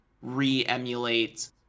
re-emulate